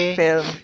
film